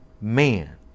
man